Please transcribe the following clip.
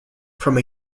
from